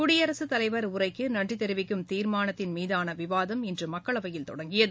குடியரசுத் தலைவா் உரைக்கு நன்றி தெரிவிக்கும் தீாமானத்தின் மீதான விவாதம் இன்று மக்களவையில் தொடங்கியது